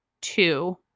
two